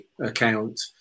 account